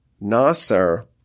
Nasser